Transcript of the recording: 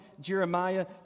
Jeremiah